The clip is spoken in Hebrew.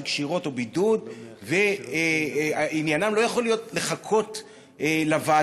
קשירות או בידוד ועניינם לא יכול לחכות לוועדה.